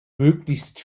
möglichst